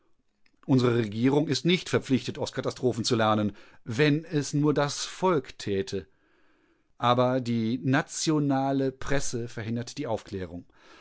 unsere regierung ist nicht verpflichtet aus katastrophen zu lernen wenn es nur das volk täte aber die nationale presse verhindert die aufklärung